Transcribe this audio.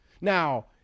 now